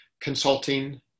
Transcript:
consulting